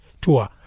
Tour